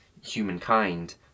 humankind